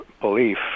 belief